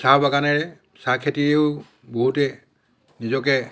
চাহ বাগানেৰে চাহ খেতিও বহুতে নিজকে